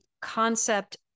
concept